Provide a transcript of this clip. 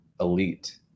elite